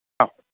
ആ